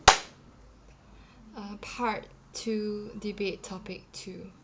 uh part two debate topic two